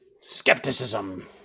skepticism